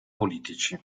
politici